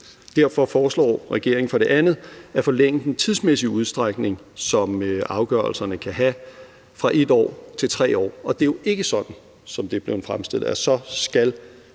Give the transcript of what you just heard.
Derfor foreslår regeringen for det andet at forlænge den tidsmæssige udstrækning, som afgørelserne kan have, fra 1 år til 3 år, og det er jo ikke sådan, som det er blevet fremstillet,